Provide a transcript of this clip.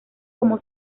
como